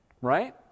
right